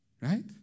Right